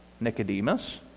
Nicodemus